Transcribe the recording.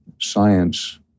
science